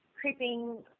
creeping